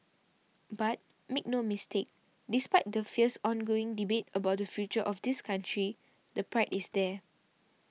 but make no mistake despite the fierce ongoing debate about the future of this country the pride is there